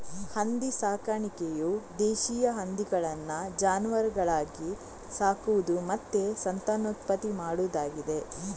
ಹಂದಿ ಸಾಕಾಣಿಕೆಯು ದೇಶೀಯ ಹಂದಿಗಳನ್ನ ಜಾನುವಾರುಗಳಾಗಿ ಸಾಕುದು ಮತ್ತೆ ಸಂತಾನೋತ್ಪತ್ತಿ ಮಾಡುದಾಗಿದೆ